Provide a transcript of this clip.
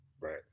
Right